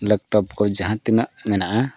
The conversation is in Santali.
ᱞᱮᱯᱴᱚᱯ ᱠᱚ ᱡᱟᱦᱟᱸ ᱛᱤᱱᱟᱹᱜ ᱢᱮᱱᱟᱜᱼᱟ